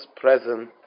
present